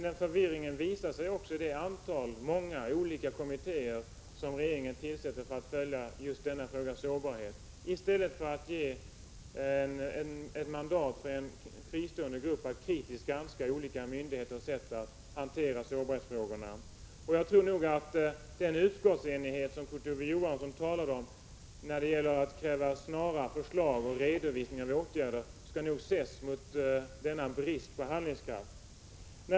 Den har också visat sig i ett antal olika kommittéer som regeringen tillsatt för att följa just sårbarhetsfrågorna i stället för att ge ett mandat för en fristående grupp att kritiskt granska olika myndigheters sätt att hantera sårbarhetsfrågorna. Den utskottsenighet om att kräva förslag till och redovisning av åtgärder som Kurt Ove Johansson talade om skall nog ses mot regeringens brist på handlingskraft.